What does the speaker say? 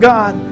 God